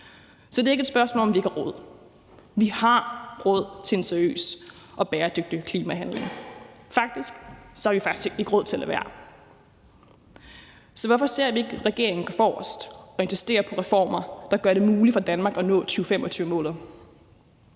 Så det er ikke et spørgsmål om, at vi ikke har råd. Vi har råd til seriøs og bæredygtig klimahandling. Faktisk har vi ikke råd til at lade være. Så hvorfor ser vi ikke regeringen gå forrest og insistere på reformer, der gør det muligt for Danmark at nå 2025-målet?